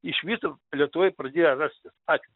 iš viso lietuvoj pradėjo rastis ačiū